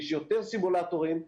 יש יותר סימולטורים ,